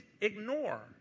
ignore